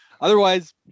otherwise